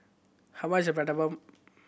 how much is Prata Bomb